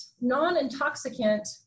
non-intoxicant